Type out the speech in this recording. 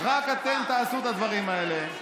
רק אתם תעשו את הדברים האלה,